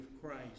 Christ